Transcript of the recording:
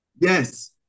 Yes